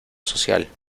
social